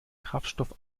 kraftstoff